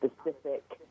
specific